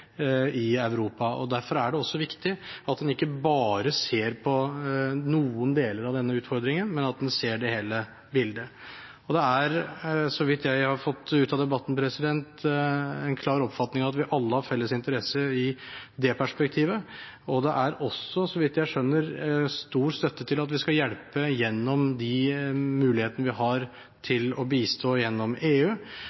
i Europa. Derfor er det også viktig at en ikke bare ser på noen deler av denne utfordringen, men at en ser hele bildet. Det er, så vidt jeg har fått ut av debatten, en klar oppfatning at vi alle har felles interesse av det perspektivet, og det er også, så vidt jeg skjønner, stor støtte til at vi skal hjelpe gjennom de mulighetene vi har til å bistå gjennom EU,